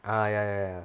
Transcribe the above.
err ya ya ya